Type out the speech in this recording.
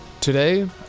Today